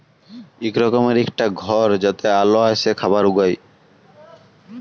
ইক রকমের ইকটা ঘর যাতে আল এসে খাবার উগায়